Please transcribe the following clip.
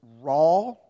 raw